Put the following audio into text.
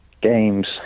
Games